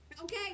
Okay